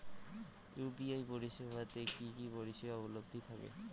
UPI পরিষেবা তে কি কি পরিষেবা উপলব্ধি থাকে?